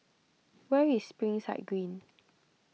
where is Springside Green